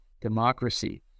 democracy